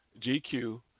GQ